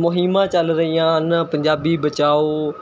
ਮੁਹਿੰਮਾਂ ਚੱਲ ਰਹੀਆਂ ਹਨ ਪੰਜਾਬੀ ਬਚਾਓ